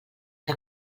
que